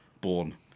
born